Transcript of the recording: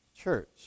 church